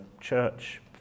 church